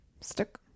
stick